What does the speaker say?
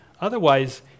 Otherwise